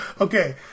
Okay